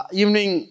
evening